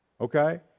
Okay